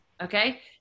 okay